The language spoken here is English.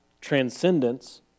transcendence